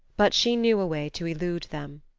but she knew a way to elude them.